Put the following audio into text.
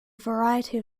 variety